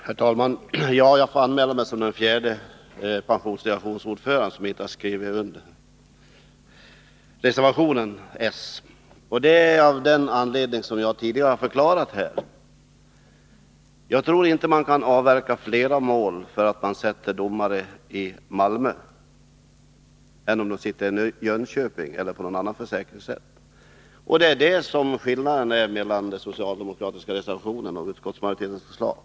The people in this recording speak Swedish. Herr talman! Jag får anmäla mig som den fjärde pensiondelegationsordföranden som inte har skrivit under s-reservationen. Anledningen är den som jag tidigare har redogjort för, nämligen att jag inte tror att man kan avverka fler mål bara för att man placerar domare i Malmö i stället för i Jönköping eller vid någon annan försäkringsrätt. Det är det som är skillnaden mellan den socialdemokratiska reservationen och utskottsmajoritetens förslag.